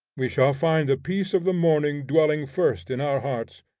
we shall find the peace of the morning dwelling first in our hearts,